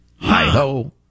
Hi-ho